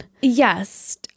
Yes